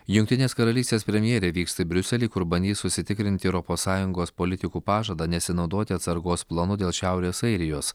jungtinės karalystės premjerė vyksta į briuselį kur bandys užsitikrinti europos sąjungos politikų pažadą nesinaudoti atsargos planu dėl šiaurės airijos